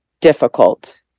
difficult